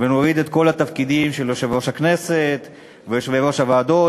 ונוריד את כל התפקידים של יושב-ראש הכנסת ויושבי-ראש הוועדות,